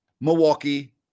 Milwaukee